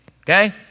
Okay